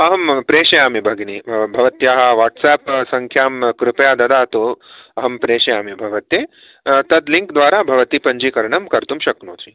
अहं प्रेषयामि भगिनी भवत्याः वाट्साप् सङ्ख्यां कृपया ददातु अहं प्रेषयामि भवत्यै तद् लिङ्क् द्वारा भवती पञ्जीकरणं कर्तुं शक्नोषि